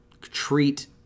treat